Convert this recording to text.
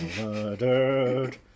murdered